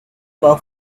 per